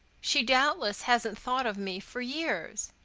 she doubtless hasn't thought of me for years.